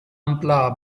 ampla